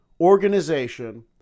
organization